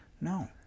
No